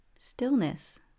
Stillness